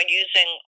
using